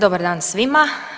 Dobar dan svima.